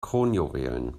kronjuwelen